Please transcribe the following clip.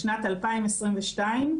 בשנת 2022,